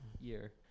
year